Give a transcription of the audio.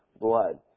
blood